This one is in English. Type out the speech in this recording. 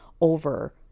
over